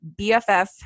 bff